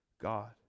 God